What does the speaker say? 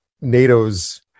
NATO's